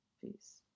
peace